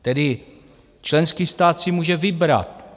Tedy členský stát si může vybrat.